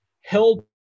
held